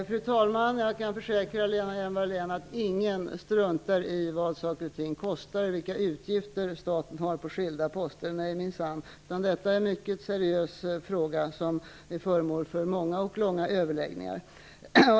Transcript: Fru talman! Jag kan försäkra Lena Hjelm-Wallén att ingen struntar i vad saker och ting kostar eller vilka utgifter staten har på skilda poster. Nej, minsann. Detta är en mycket seriös fråga, som är föremål för många och långa överläggningar.